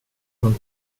från